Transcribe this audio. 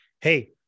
hey